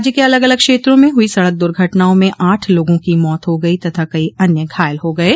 राज्य के अलग अलग क्षेत्रों में हुई सड़क दुर्घटनाओं में आठ लोगों की मौत हो गई तथा कई अन्य घायल हो गये